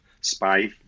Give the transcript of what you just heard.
spy